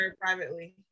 privately